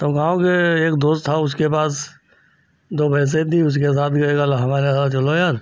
तो गाँव के एक दोस्त था उसके पास दो भैंसें थी उसने साथ गए कल हमारे साथ चलो यार